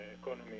economy